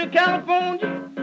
California